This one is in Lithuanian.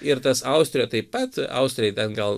ir tas austrijoj taip pat austrijoj ten gal